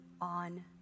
on